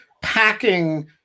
packing